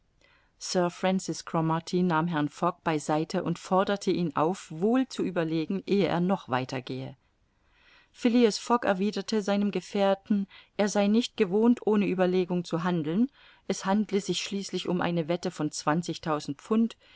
francis cromarty nahm herrn fogg bei seite und forderte ihn auf wohl zu überlegen ehe er noch weiter gehe phileas fogg erwiderte seinem gefährten er sei nicht gewohnt ohne ueberlegung zu handeln es handle sich schließlich um eine wette von zwanzigtausend pfund